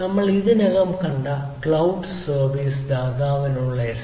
നമ്മൾ ഇതിനകം കണ്ട ക്ലൌഡ് സർവീസ് ദാതാവിനുള്ള SLA